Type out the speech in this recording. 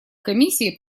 комиссии